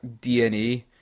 DNA